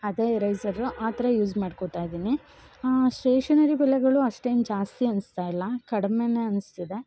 ಅದೇ ಇರೈಸರು ಆದರೆ ಯೂಸ್ ಮಾಡ್ಕೋಳ್ತಾ ಇದ್ದೀನಿ ಶೇಷನರಿ ಬೆಲೆಗಳು ಅಷ್ಟೇನು ಜಾಸ್ತಿ ಅನಿಸ್ತಾ ಇಲ್ಲ ಕಡಿಮೆಯೇ ಅನಿಸ್ತಿದೆ